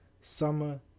summer